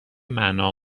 معنا